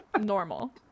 normal